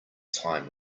time